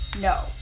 no